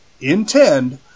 intend